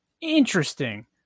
interesting